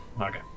okay